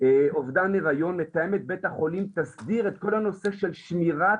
"..אובדן היריון מתאמת בית החולים תסביר את כל הנושא של שמירת